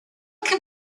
can